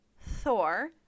Thor